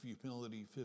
humility